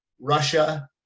Russia